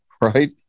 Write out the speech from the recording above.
right